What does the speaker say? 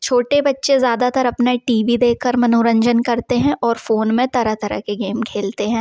छोटे बच्चे ज़्यादातर अपना टी वी देख कर मनोरंजन करते हैं और फ़ोन में तरह तरह के गेम खेलते हैं